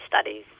Studies